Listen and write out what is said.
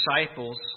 disciples